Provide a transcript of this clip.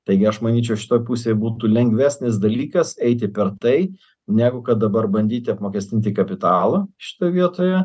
taigi aš manyčiau šitoj pusėj būtų lengvesnis dalykas eiti per tai negu kad dabar bandyti apmokestinti kapitalą šitoj vietoje